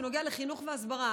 בנוגע לחינוך והסברה,